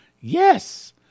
yes